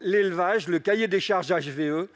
l'élevage le cahier des charges HVE